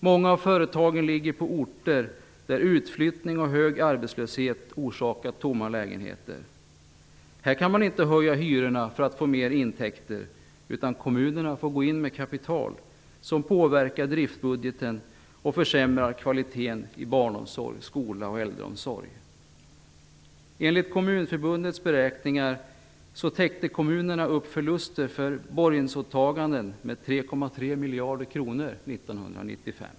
Många av företagen finns på orter där utflyttning och hög arbetslöshet orsakat tomma lägenheter. Där kan man inte höja hyrorna för att få större intäkter. Kommunerna får i stället gå in med kapital, vilket påverkar driftbudgeten och försämrar kvaliteten på barnomsorg, skola och äldreomsorg. Enligt Kommunförbundets beräkningar täckte kommunerna upp förluster för borgensåtaganden med 3,3 miljarder kronor 1995.